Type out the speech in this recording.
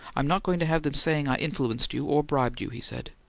i'm not going to have them saying i influenced you, or bribed you, he said.